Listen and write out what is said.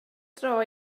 dro